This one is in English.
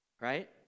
Right